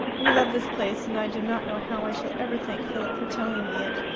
we love this place, and i do not know how i shall ever thank philip for telling me it.